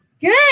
Good